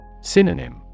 Synonym